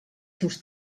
seus